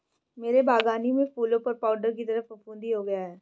मेरे बगानी में फूलों पर पाउडर की तरह फुफुदी हो गया हैं